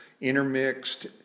intermixed